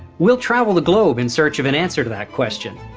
we'll travel the globe in search of an answer to that question.